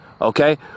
Okay